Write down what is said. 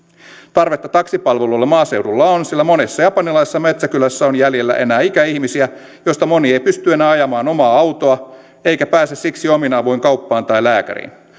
tarvetta taksipalveluille maaseudulla on sillä monessa japanilaisessa metsäkylässä on jäljellä enää ikäihmisiä joista moni ei pysty enää ajamaan omaa autoa eikä pääse siksi omin avuin kauppaan tai lääkäriin